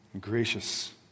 gracious